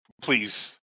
Please